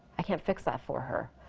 i can't fix that for her